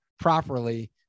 properly